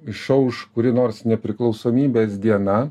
išauš kuri nors nepriklausomybės diena